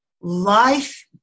life